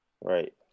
Right